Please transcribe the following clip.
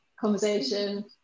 conversation